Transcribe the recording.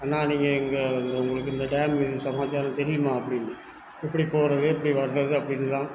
அண்ணா நீங்கள் இங்கே வந்து உங்களுக்கு இந்த டேமு இது சமாச்சாரம் தெரியுமா அப்படின்னு எப்படி போகிறது எப்படி வர்றது அப்படின்லாம்